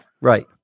Right